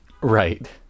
Right